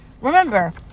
Remember